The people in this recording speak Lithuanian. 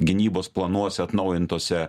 gynybos planuose atnaujintuose